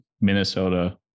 Minnesota